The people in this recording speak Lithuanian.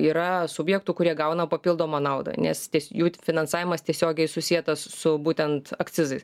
yra subjektų kurie gauna papildomą naudą nes jų ti finansavimas tiesiogiai susietas su būtent akcizais